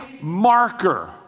marker